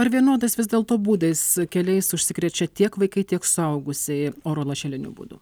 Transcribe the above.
ar vienodas vis dėlto būdais keliais užsikrečia tiek vaikai tiek suaugusieji oro lašeliniu būdu